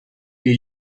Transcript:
les